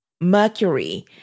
mercury